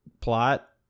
plot